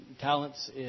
talents